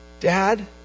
Dad